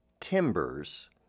timbers